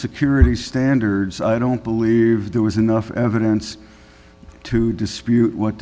security standards i don't believe there was enough evidence to dispute what